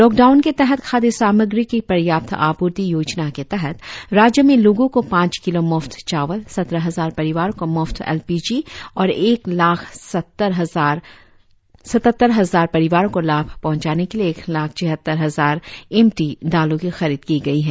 lockdown के तहत खाद्य सामग्री की पर्याप्त आपूर्ति योजना के तहत राज्य में लोगों को पांच किलो म्फ्त चावल सत्रह हजार परिवारों को म्फ्त एल पी जी और एक लाख सत्तर हजार परिवारों को लाभ पहंचाने के लिए एक लाख छिहत्तर हजार एम टी दालों की खरीद की गई है